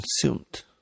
consumed